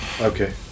okay